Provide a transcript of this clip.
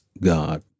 God